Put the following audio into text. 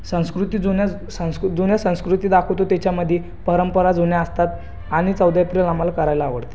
संस्कृती जुन्याच संस्कु जुन्याच संस्कृती दाखवतो तेच्यामधी परंपरा जुन्या असतात आणि चौदा एप्रिल आम्हाला करायला आवडते